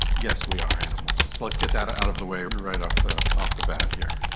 yes, we are animals! let's get that out of the way right off the off the bat here.